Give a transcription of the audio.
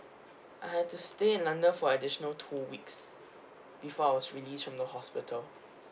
I had to stay london for additional two weeks before I was released from the hospital